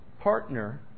partner